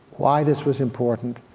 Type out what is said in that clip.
why this was important,